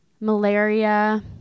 malaria